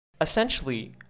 Essentially